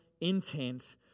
intent